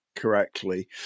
correctly